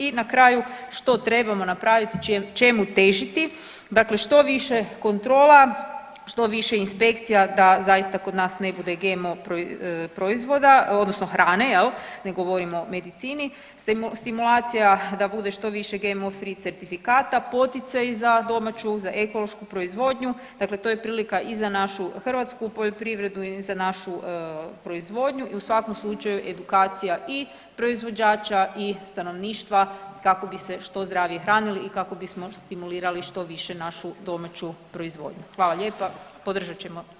I na kraju što trebamo napraviti, čemu težiti, dakle što više kontrola, što više inspekcija da zaista kod nas ne bude GMO proizvoda odnosno hrane jel, ne govorim o medicini, stimulacija da bude što više GMO certifikata, poticaji za domaću, za ekološku proizvodnju, dakle to je prilika i za našu hrvatsku poljoprivredu i za našu proizvodnju i u svakom slučaju edukacija i proizvođača i stanovništva kako bi se što zdravije hranili i kako bismo stimulirali što više našu domaću proizvodnju, hvala lijepa, podržat ćemo zakon, hvala.